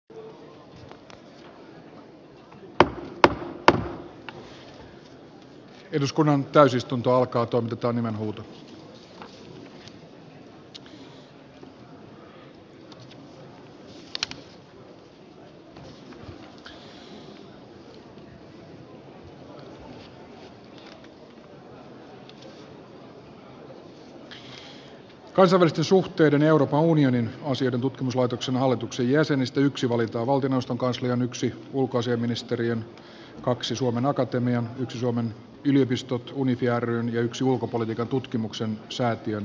kansainvälisten suhteiden ja euroopan unionin asioiden tutkimuslaitoksen hallituksen jäsenistä yksi valitaan valtioneuvoston kanslian yksi ulkoasiainministeriön kaksi suomen akatemian yksi suomen yliopistot unifi ryn ja yksi ulkopolitiikan tutkimuksen säätiön ehdotuksesta